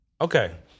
Okay